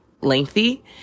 lengthy